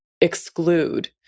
exclude